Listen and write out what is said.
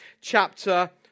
chapter